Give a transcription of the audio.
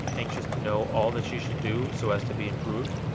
anxious to know all that she should do, so as to be improved.